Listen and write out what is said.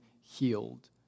healed